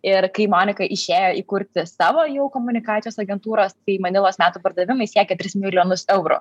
ir kai monika išėjo įkurti savo jau komunikacijos agentūros tai manilos metų pardavimai siekė tris milijonus eurų